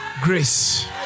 grace